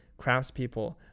craftspeople